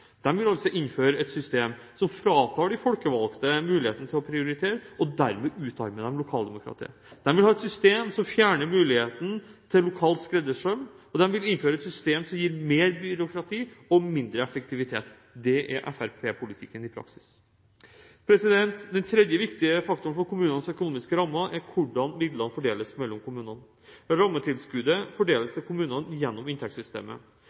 vil altså innføre et system som fratar de folkevalgte muligheten til å prioritere, og dermed utarmer de lokaldemokratiet. De vil ha et system som fjerner muligheten til lokal skreddersøm, og de vil innføre et system som gir mer byråkrati og mindre effektivitet. Det er fremskrittspartipolitikken i praksis. Den tredje viktige faktoren for kommunenes økonomiske rammer er hvordan midlene fordeles mellom kommunene. Rammetilskuddet fordeles til kommunene gjennom inntektssystemet.